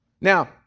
Now